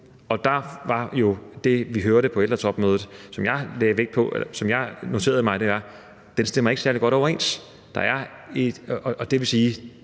Og der var det, vi hørte på ældretopmødet, og som jeg noterede mig, at de to ting ikke stemmer særlig godt overens. Det vil sige,